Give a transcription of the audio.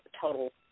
total